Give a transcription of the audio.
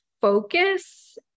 focus